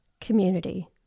community